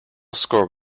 score